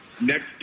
Next